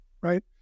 right